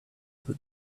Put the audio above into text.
put